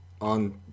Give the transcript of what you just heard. on